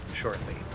shortly